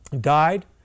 died